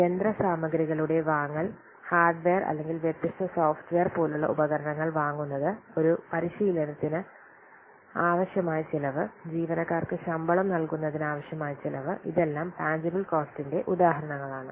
യന്ത്രസാമഗ്രികളുടെ വാങ്ങൽ ഹാർഡ്വെയർ അല്ലെങ്കിൽ വ്യത്യസ്ത സോഫ്റ്റ്വെയർ പോലുള്ള ഉപകരണങ്ങൾ വാങ്ങുന്നത് ഒരു പരിശീലനത്തിന് ആവശ്യമായ ചെലവ് ജീവനക്കാർക്ക് ശമ്പളം നൽകുന്നതിന് ആവശ്യമായ ചെലവ് ഇതെല്ലം ടാൻജിബ്ബിൽ കോസ്റ്റിന്റെ ഉദാഹരണങ്ങളാണ്